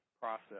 process